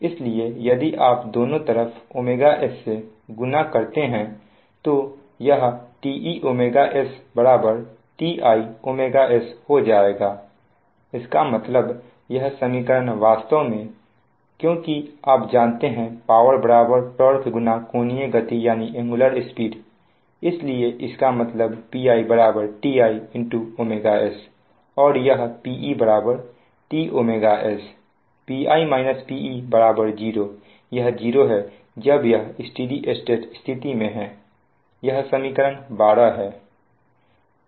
इसलिए यदि आप दोनों तरफ s से गुणा करते हैं तो यह Te s Ti sहो जाएगा इसका मतलब यह समीकरण वास्तव में क्योंकि आप जानते हैं पावर बराबर टार्क गुना कोणीय गति इसलिए इसका मतलब Pi Ti s और यह Pe T s Pi - Pe 0यह 0 है जब यह स्टेडी स्टेट स्थिति में है यह समीकरण 12 है